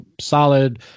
solid